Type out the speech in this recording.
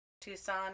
Tucson